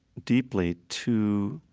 deeply to